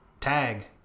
tag